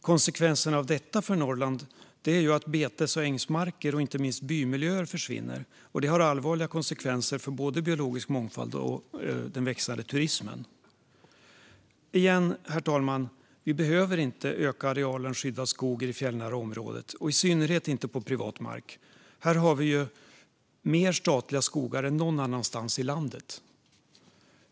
Konsekvenserna av detta för Norrland är att betes och ängsmarker och inte minst bymiljöer försvinner. Det får allvarliga konsekvenser för både biologisk mångfald och den växande turismen. Herr talman! Vi behöver inte öka arealen skyddad skog i det fjällnära området, och i synnerhet inte på privat mark. Här har vi mer statliga skogar än någon annanstans i landet.